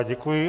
Děkuji.